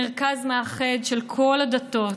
מרכז מאחד של כל הדתות.